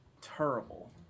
terrible